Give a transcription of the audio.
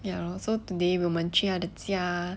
ya lor so today 我们去他的家